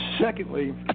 Secondly